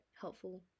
helpful